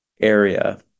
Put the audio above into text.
area